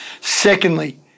Secondly